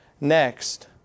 Next